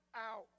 out